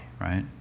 right